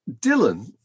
Dylan